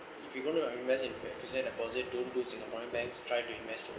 if you going to invest in fixed deposit don't do singaporean banks try to invest